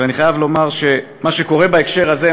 ואני חייב לומר שמה שקורה בהקשר הזה,